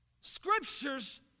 scripture's